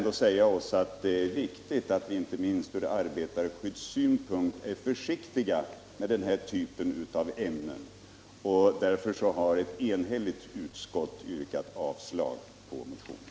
Det är viktigt inte minst ur arbetarskyddssynpunkt att vi är försiktiga med den här typen av ämnen. Därför har ett enhälligt utskott yrkat avslag på motionen.